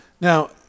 Now